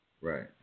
Right